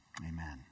Amen